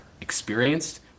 experienced